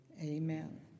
Amen